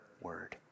word